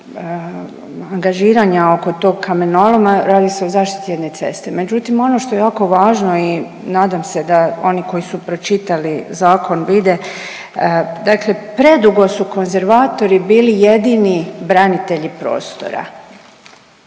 angažiranja oko tog kamenoloma radi se o zaštiti jedne ceste. Međutim, ono što je jako važno i nadam se da oni koji su pročitali zakon vide, dakle predugo su konzervatori bili jedini branitelji prostora.